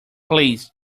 please